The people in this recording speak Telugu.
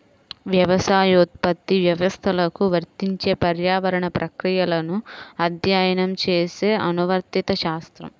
వ్యవసాయోత్పత్తి వ్యవస్థలకు వర్తించే పర్యావరణ ప్రక్రియలను అధ్యయనం చేసే అనువర్తిత శాస్త్రం